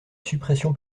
suppression